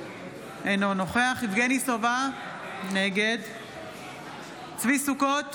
אינו נוכח יבגני סובה, נגד צבי ידידיה סוכות,